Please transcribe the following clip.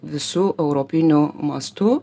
visu europiniu mastu